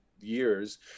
years